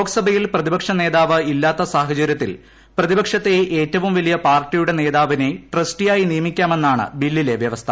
ലോക്സഭയിൽ പ്രതിപക്ഷ നേതാവ് ഇല്ലാത്ത സാഹചരൃത്തിൽ പ്രതിപക്ഷത്തെ ഏറ്റവും വലിയ പാർട്ടിയുടെ നേതാവിനെ ട്രസ്റ്റിയായി നിയമിക്കാമെന്നാണ് ബില്ലിലെ വൃവസ്ഥ